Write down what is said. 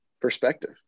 perspective